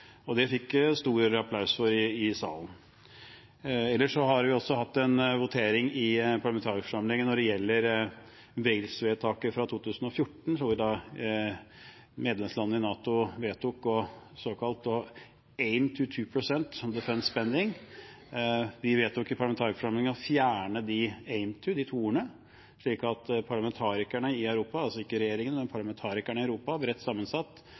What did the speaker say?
det. Det fikk stor applaus i salen. Ellers har vi hatt en votering i parlamentarikerforsamlingen når det gjelder Wales-vedtaket fra 2014, hvor medlemslandene i NATO vedtok «aim to 2 percent defense spending». Vi vedtok i parlamentarikerforsamlingen å fjerne «aim to». Så en bredt sammensatt gruppe av parlamentarikerne i Europa – altså ikke regjeringene – ønsker altså å gå raskere frem og være mer forpliktende i